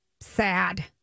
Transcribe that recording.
sad